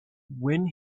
when